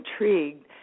intrigued